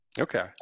Okay